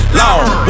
long